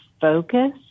focus